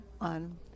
on